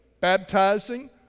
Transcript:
baptizing